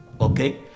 Okay